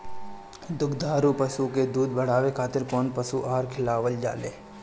दुग्धारू पशु के दुध बढ़ावे खातिर कौन पशु आहार खिलावल जाले?